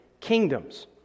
kingdoms